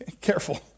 careful